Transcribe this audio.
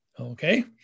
Okay